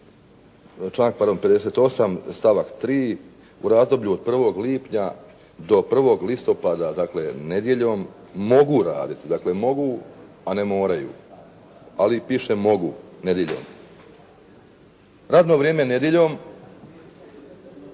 pardon 58. stavak 3. “u razdoblju od 1. lipnja do 1.10.“ dakle nedjeljom mogu raditi. Dakle, mogu a ne moraju, ali piše mogu nedjeljom. Radno vrijeme nedjeljom